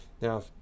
Now